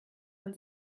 man